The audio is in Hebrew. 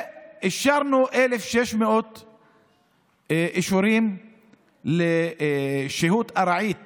ואישרנו 1,600 אישורים לשהות ארעית